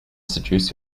seduce